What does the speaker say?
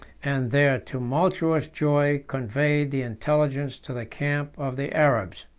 and their tumultuous joy conveyed the intelligence to the camp of the arabs.